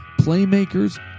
Playmakers